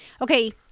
Okay